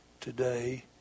today